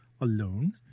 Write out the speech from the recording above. alone